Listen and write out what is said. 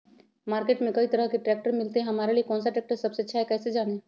Market में कई तरह के ट्रैक्टर मिलते हैं हमारे लिए कौन सा ट्रैक्टर सबसे अच्छा है कैसे जाने?